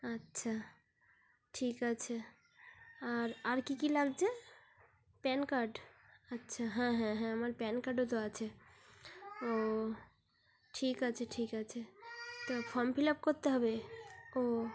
আচ্ছা ঠিক আছে আর আর কী কী লাগছে প্যান কার্ড আচ্ছা হ্যাঁ হ্যাঁ হ্যাঁ আমার প্যান কার্ডও তো আছে ও ঠিক আছে ঠিক আছে তা ফর্ম ফিল আপ করতে হবে ও